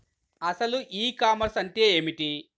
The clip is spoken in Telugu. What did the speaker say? అసలు ఈ కామర్స్ అంటే ఏమిటి?